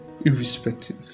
irrespective